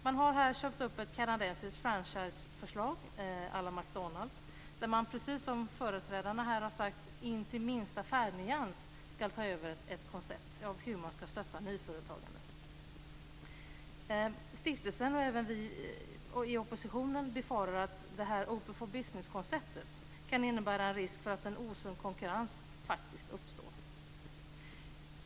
Man har här köpt upp ett kanadensiskt franchiseförslag à la McDonalds där man, precis som företrädarna här har sagt, in till minsta färgnyans ska ta över ett koncept för hur man ska stötta nyföretagande. Stiftelsen och även vi i oppositionen befarar att Open for Business-konceptet kan innebära risk för att en osund konkurrens uppstår.